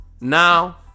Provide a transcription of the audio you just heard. Now